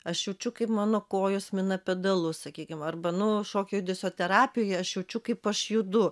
aš jaučiu kaip mano kojos mina pedalus sakykim arba nu šokio judesio terapijoj aš jaučiu kaip aš judu